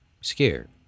scared